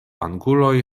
anguloj